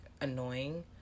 annoying